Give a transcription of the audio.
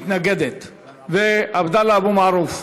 ומתנגד עבדאללה אבו מערוף.